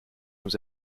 nous